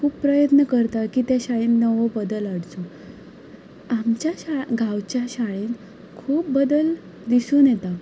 खूब प्रयत्न करता की ते शाळेन नवो बदल हाडचो आमच्या शा गांवच्या शाळेन खूब बदल दिसून येता